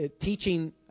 teaching